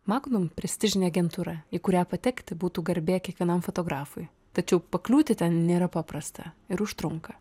magnum prestižinė agentūra į kurią patekti būtų garbė kiekvienam fotografui tačiau pakliūti ten nėra paprasta ir užtrunka